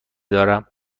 دارم